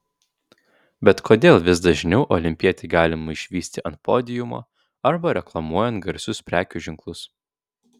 bet kodėl vis dažniau olimpietį galima išvysti ant podiumo arba reklamuojant garsius prekių ženklus